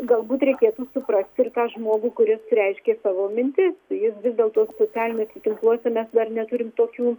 galbūt reikėtų suprasti ir tą žmogų kuris reiškė savo mintis jis vis dėl to socialiniuose tinkluose mes dar neturim tokių